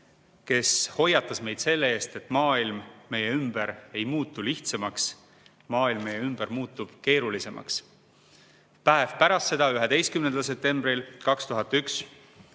kes hoiatas meid selle eest, et maailm meie ümber ei muutu lihtsamaks, maailm meie ümber muutub keerulisemaks. Päev pärast seda, 11. septembril 2001